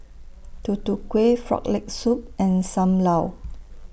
Tutu Kueh Frog Leg Soup and SAM Lau